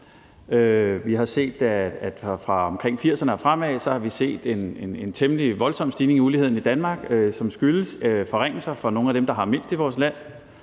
Vi har fra omkring 1980'erne og frem set en temmelig voldsom stigning i uligheden i Danmark, der skyldes forringelser for nogle af dem, der har mindst i vores land